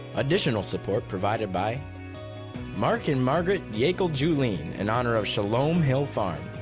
additional support provided by mark and margaret yackel-juleen, in honor of shalom hill farm,